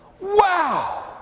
Wow